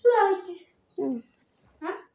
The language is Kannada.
ಹ್ಞೂ